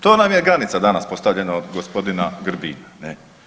To nam je granica danas postavljena od gospodina Grbina, ne.